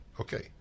Okay